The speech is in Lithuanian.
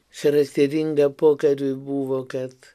charakteringa pokariui buvo kad